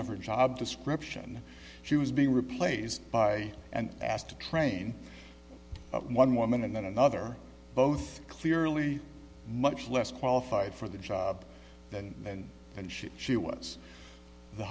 of her job description she was being replaced by and asked to train one woman and then another both clearly much less qualified for the job than then and she she was the